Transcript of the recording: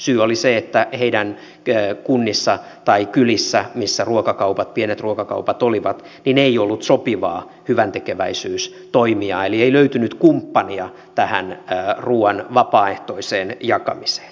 syy oli se että heidän kunnissaan tai kylissään missä pienet ruokakaupat olivat ei ollut sopivaa hyväntekeväisyystoimijaa eli ei löytynyt kumppania tähän ruuan vapaaehtoiseen jakamiseen